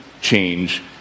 change